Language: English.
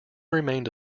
remained